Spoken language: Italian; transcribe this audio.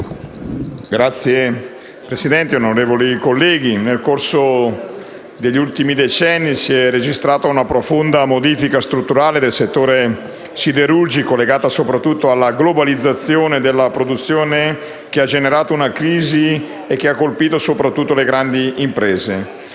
Signora Presidente, onorevoli colleghi, nel corso degli ultimi decenni si è registrata una profonda modifica strutturale del settore siderurgico, legata soprattutto alla globalizzazione della produzione, che ha generato una crisi che ha colpito soprattutto le grandi imprese.